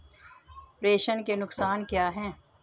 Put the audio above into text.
प्रेषण के नुकसान क्या हैं?